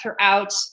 throughout